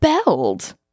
spelled